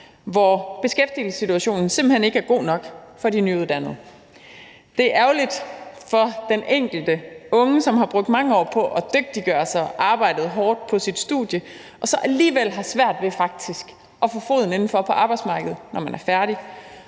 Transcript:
hvor beskæftigelsessituationen simpelt hen ikke er god nok for de nyuddannede. Det er ærgerligt for den enkelte unge, som har brugt mange år på at dygtiggøre sig og arbejdet hårdt på sit studie og så alligevel har svært ved faktisk at få foden indenfor på arbejdsmarkedet, når vedkommende er færdig.